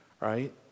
right